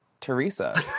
Teresa